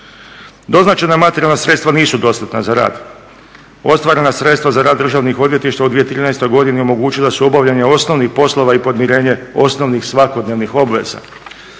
Doznačena materijalna sredstva nisu dostatna za rad. Ostvarena sredstva za rad državnih odvjetništava u 2013. godini omogućila su obavljanje osnovnih poslova i podmirenje osnovnih svakodnevnih obveza.